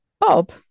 Bob